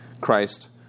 Christ